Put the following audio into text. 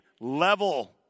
level